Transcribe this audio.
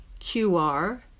QR